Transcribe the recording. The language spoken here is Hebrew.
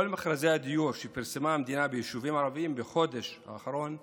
כל מכרזי הדיור שפרסמה המדינה ביישובים הערביים בחודש האחרון נכשלו".